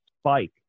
spike